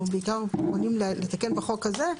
אנחנו בעיקר פונים לתקן את החוק הזה,